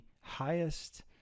highest